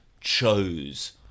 chose